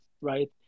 right